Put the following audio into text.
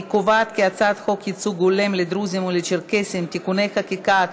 חוק ייצוג הולם לדרוזים ולצ'רקסים (תיקוני חקיקה),